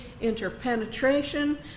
interpenetration